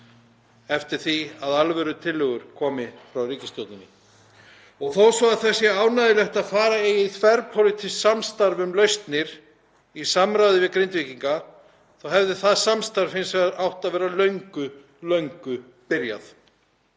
eftir því að alvörutillögur komi frá ríkisstjórninni. Og þó svo að það sé ánægjulegt að fara eigi í þverpólitískt samstarf um lausnir í samráði við Grindvíkinga þá hefði það samstarf hins vegar átt að vera löngu, löngu byrjað.